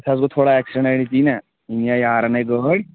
اَسہِ حظ گوٚو تھوڑا ایٚکسی ڈنٛٹ کِنۍ نا مےٚ نِیٛاے یارن أکۍ گٲڑۍ